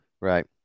Right